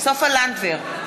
סופה לנדבר,